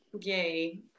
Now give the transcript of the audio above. Yay